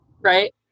right